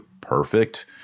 perfect